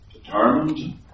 Determined